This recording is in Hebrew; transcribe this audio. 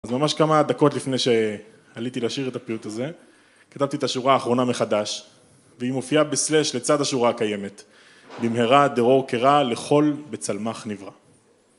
אז ממש כמה דקות לפני שעליתי לשיר את הפיוט הזה, כתבתי את השורה האחרונה מחדש, והיא מופיעה בסלש לצד השורה הקיימת, במהרה דרור קרא לכל בצלמך נברא.